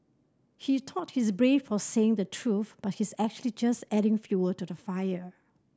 he thought he's brave for saying the truth but he's actually just adding fuel to the fire